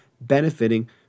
benefiting